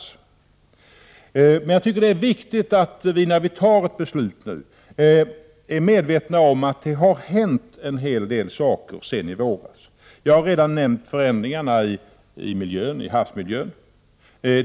Jag tycker det är viktigt att vi innan vi nu tar ett beslut är medvetna om att det har hänt en hel del saker sedan i våras. Jag har redan nämnt förändringarna i havsmiljön.